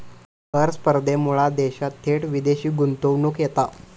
कर स्पर्धेमुळा देशात थेट विदेशी गुंतवणूक येता